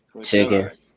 Chicken